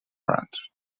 brands